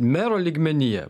mero lygmenyje